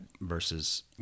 Versus